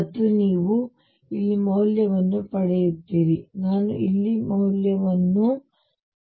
ಮತ್ತು ನೀವು ಇಲ್ಲಿ ಮೌಲ್ಯವನ್ನು ಪಡೆಯುತ್ತೀರಿ ನಾನು ಇಲ್ಲಿ ಮೌಲ್ಯವನ್ನು ಪಡೆಯುತ್ತೇನೆ